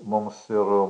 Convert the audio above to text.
mums ir